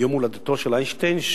יום הולדתו של איינשטיין,